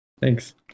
Thanks